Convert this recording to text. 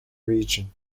region